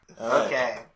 Okay